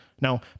Now